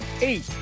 eight